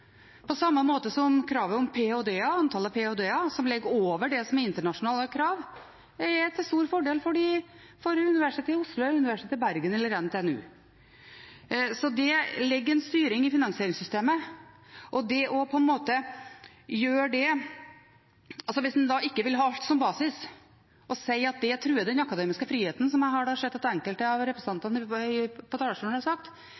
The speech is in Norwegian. på samme måte som at kravet om antall PhD-er, som ligger over det som er internasjonale krav, er til stor fordel for Universitetet i Oslo, Universitetet i Bergen eller NTNU så det ligger en styring i finansieringssystemet. At en da ikke vil ha det som basis og sier at det truer den akademiske friheten, som jeg har hørt at enkelte av representantene på talerstolen har sagt,